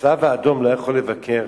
הצלב-האדום לא יכול לבקר?